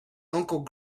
uncle